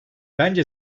bence